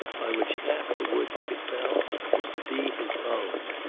by which half the wood he could fell was to be his own.